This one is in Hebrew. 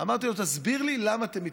ואמרתי לו: תסביר לי למה אתם מתנגדים.